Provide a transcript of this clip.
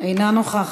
אינה נוכחת,